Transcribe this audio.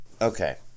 Okay